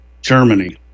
Germany